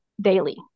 daily